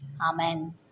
Amen